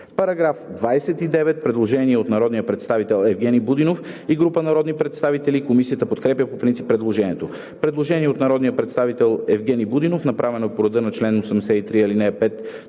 има постъпило предложение от народния представител Евгени Будинов и група народни представители. Комисията подкрепя по принцип предложението. Предложение на народния представител Евгени Будинов, направено по реда на чл. 83, ал. 5,